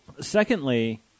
Secondly